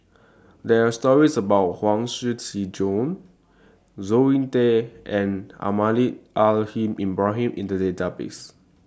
There Are stories about Huang Shiqi Joan Zoe Tay and Almahdi Al Haj Ibrahim in The Database